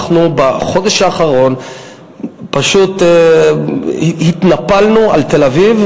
אנחנו בחודש האחרון פשוט התנפלנו על תל-אביב,